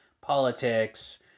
politics